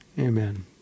Amen